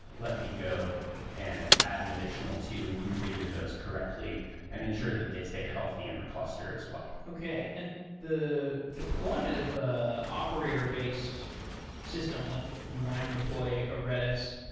let me go and add an additional two and configure those correctly and ensure that they stay healthy in the cluster as well. okay. and the deployment of an operator-based system, like if you wanted to deploy a redis,